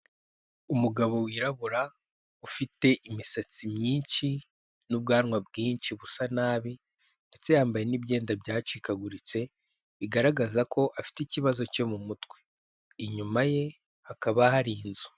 Umugabo wirabura ufite imisatsi myinshi n'ubwanwa bwinshi busa nabi ndetse yambaye n'ibyenda byacikaguritse, bigaragaza ko afite ikibazo cyo mu mutwe, inyuma ye hakaba hari inzu.